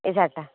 ଏଇ ଶାଢ଼ୀଟା